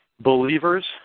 believers